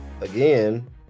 again